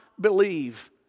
believe